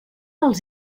els